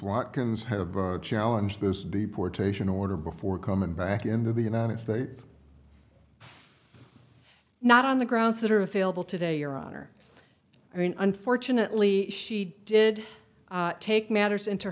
what comes have been a challenge this deportation order before coming back into the united states not on the grounds that are available today your honor i mean unfortunately she did take matters into